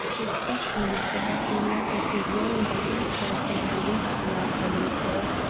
especially if they have been led into wrong by impulse and are weak rather than wicked.